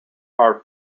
are